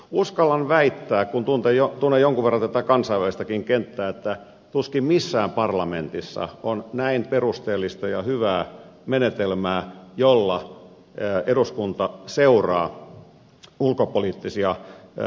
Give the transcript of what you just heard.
uskallan väittää kun tunnen jonkun verran tätä kansainvälistäkin kenttää että tuskin missään parlamentissa on näin perusteellista ja hyvää menetelmää jolla eduskunta seuraa ulkopoliittisia päätöksiä